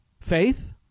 faith